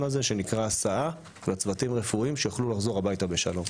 הזה - הסעה לצוותים הרפואיים שיוכלו לחזור הביתה בשלום.